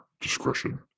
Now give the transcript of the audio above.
discretion